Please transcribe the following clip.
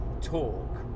talk